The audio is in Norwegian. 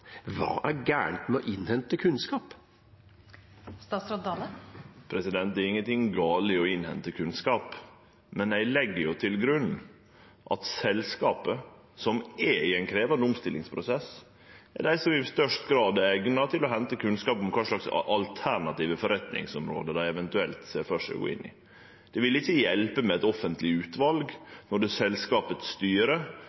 Hva er galt med å innhente kunnskap? Det er ingenting gale i å innhente kunnskap. Men eg legg til grunn at selskapet, som er i ein krevjande omstillingsprosess, er dei som i størst grad er eigna til å hente kunnskap om kva slags alternative forretningsområde dei eventuelt ser for seg å gå inn i. Det ville ikkje hjelpe med